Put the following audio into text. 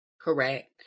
Correct